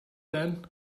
then